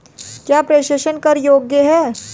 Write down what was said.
क्या प्रेषण कर योग्य हैं?